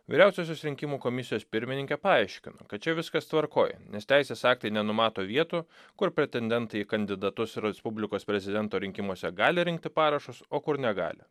vyriausiosios rinkimų komisijos pirmininkė paaiškino kad čia viskas tvarkoj nes teisės aktai nenumato vietų kur pretendentai į kandidatus respublikos prezidento rinkimuose gali rinkti parašus o kur negali